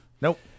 Nope